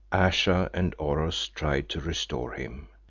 ayesha and oros tried to restore him,